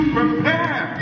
prepare